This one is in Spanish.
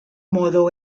modo